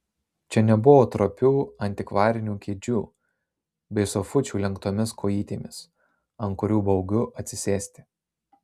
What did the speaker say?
čia nebuvo trapių antikvarinių kėdžių bei sofučių lenktomis kojytėmis ant kurių baugu atsisėsti